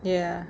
ya